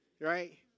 right